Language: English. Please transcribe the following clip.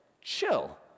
chill